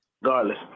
Regardless